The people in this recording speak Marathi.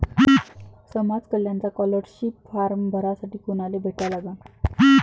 समाज कल्याणचा स्कॉलरशिप फारम भरासाठी कुनाले भेटा लागन?